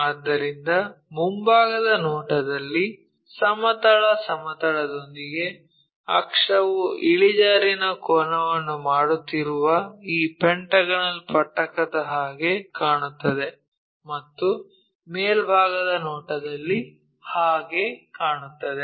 ಆದ್ದರಿಂದ ಮುಂಭಾಗದ ನೋಟದಲ್ಲಿ ಸಮತಲ ಸಮತಲದೊಂದಿಗೆ ಅಕ್ಷವು ಇಳಿಜಾರಿನ ಕೋನವನ್ನು ಮಾಡುತ್ತಿರುವ ಈ ಪೆಂಟಾಗೋನಲ್ ಪಟ್ಟಕದ ಹಾಗೆ ಕಾಣುತ್ತದೆ ಮತ್ತು ಮೇಲ್ಭಾಗದ ನೋಟದಲ್ಲಿ ಹಾಗೆ ಕಾಣುತ್ತದೆ